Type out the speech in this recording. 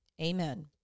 Amen